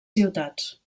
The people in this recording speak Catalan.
ciutats